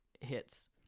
hits